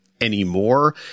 anymore